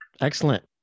Excellent